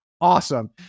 awesome